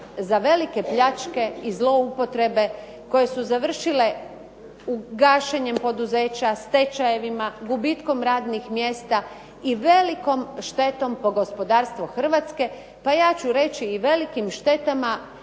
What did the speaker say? za velike pljačke i zloupotrebe koje su završile u gašenjem poduzeća, stečajevima, gubitkom radnih mjesta i velikom štetom po gospodarstvo Hrvatske, pa ja ću reći i velikim štetama